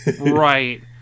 Right